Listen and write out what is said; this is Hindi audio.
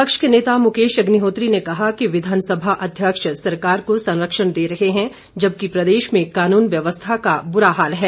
विपक्ष के नेता मुकेश अग्निहोत्री ने कहा कि विघानसभा अध्यक्ष सरकार को संरक्षण दे रहे है जबकि प्रदेश में कानून व्यवस्था का बुरा हाल है